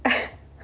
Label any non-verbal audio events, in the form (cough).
(breath)